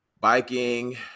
biking